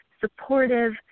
supportive